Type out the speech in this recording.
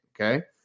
okay